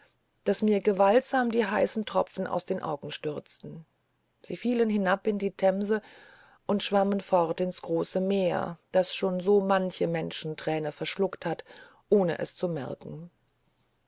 daß mir gewaltsam die heißen tropfen aus den augen stürzten sie fielen hinab in die themse und schwammen fort ins große meer das schon so manche menschenträne verschluckt hat ohne es zu merken